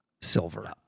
silver